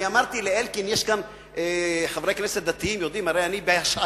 אני אמרתי לאלקין שיש גם חברי כנסת דתיים שיודעים: הרי אני בהשעיה,